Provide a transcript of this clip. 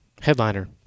headliner